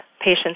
patients